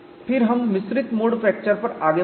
फिर हम मिश्रित मोड फ्रैक्चर पर आगे बढ़े